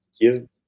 give